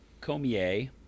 Comier